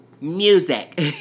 Music